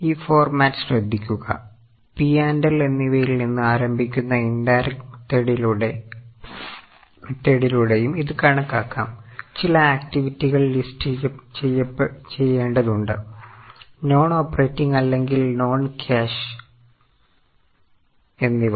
ഈ ഫോർമാറ്റ് ശ്രദ്ധിക്കുക അല്ലെങ്കിൽ P and L എന്നിവയിൽ നിന്ന് ആരംഭിക്കുന്ന ഇൻഡയറക്ട് മെത്തേഡിലൂടെയും എന്നിവ